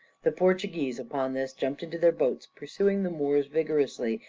the portuguese upon this jumped into their boats, pursuing the moors vigorously,